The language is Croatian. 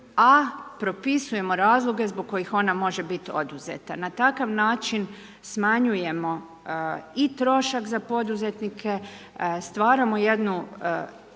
a propisujemo razloge, zbog kojih ona može biti oduzeta. Na takav način smanjujemo i trošak za poduzetnike, stvaramo jednu